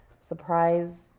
surprise